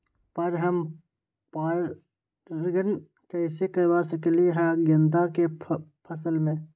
हम पर पारगन कैसे करवा सकली ह गेंदा के फसल में?